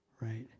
right